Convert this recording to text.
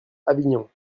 avignon